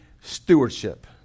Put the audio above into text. stewardship